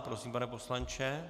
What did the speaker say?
Prosím, pane poslanče.